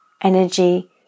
energy